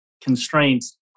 constraints